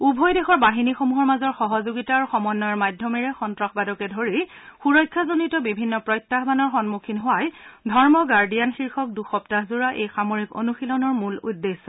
উভয় দেশৰ বাহিনীসমূহৰ মাজৰ সহযোগিতা আৰু সমন্বয়ৰ মাধ্যমেৰে সন্ত্ৰাসবাদকে ধৰি সুৰক্ষাজনিত বিভিন্ন প্ৰত্যাহানৰ সন্মুখীন হোৱাই ধৰ্ম গাৰ্ডিয়ান শীৰ্ষক দুসপ্তাহজোৰা এই সামৰিক অনুশীলনৰ মূল উদ্দেশ্য